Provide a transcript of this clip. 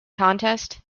contest